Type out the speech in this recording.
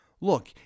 look